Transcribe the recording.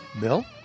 Bill